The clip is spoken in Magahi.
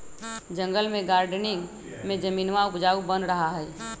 जंगल में गार्डनिंग में जमीनवा उपजाऊ बन रहा हई